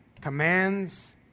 commands